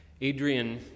Adrian